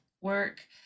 work